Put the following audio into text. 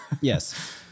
Yes